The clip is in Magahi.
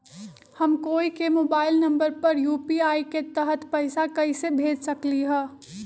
हम कोई के मोबाइल नंबर पर यू.पी.आई के तहत पईसा कईसे भेज सकली ह?